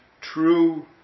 true